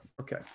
Okay